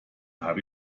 habe